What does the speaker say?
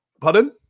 pardon